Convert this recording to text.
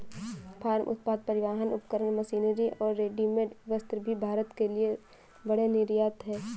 farm उत्पाद, परिवहन उपकरण, मशीनरी और रेडीमेड वस्त्र भी भारत के लिए बड़े निर्यात हैं